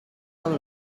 dat